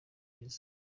byiza